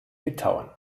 litauen